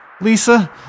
Lisa